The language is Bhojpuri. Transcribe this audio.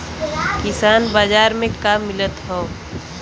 किसान बाजार मे का मिलत हव?